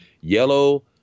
yellow